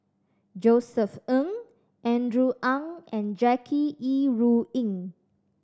Josef Ng Andrew Ang and Jackie Yi Ru Ying